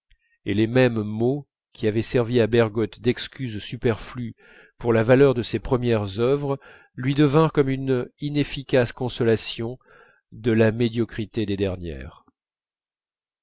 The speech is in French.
et les mêmes mots qui avaient servi à bergotte d'excuse superflue pour la valeur de ses premières œuvres lui devinrent comme une inefficace consolation de la médiocrité des dernières